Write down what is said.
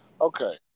Okay